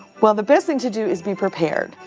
well, the best thing to do is be prepared.